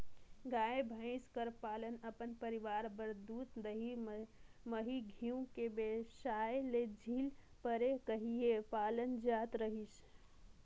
गाय, भंइस कर पालन अपन परिवार बर दूद, दही, मही, घींव बेसाए ले झिन परे कहिके पालल जात रहिस